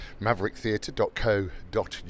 mavericktheatre.co.uk